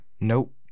nope